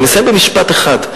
ואני אסיים במשפט אחד.